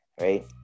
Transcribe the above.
right